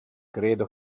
credo